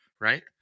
Right